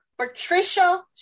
Patricia